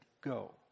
go